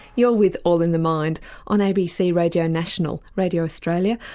you're with all in the mind on abc radio national, radio australia,